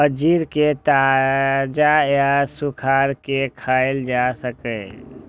अंजीर कें ताजा या सुखाय के खायल जा सकैए